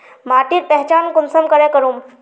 माटिर पहचान कुंसम करे करूम?